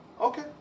Okay